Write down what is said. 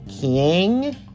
King